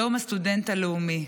יום הסטודנט הלאומי.